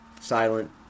silent